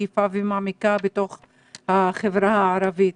מקיפה ומעמיקה בחברה הערבית.